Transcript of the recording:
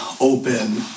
open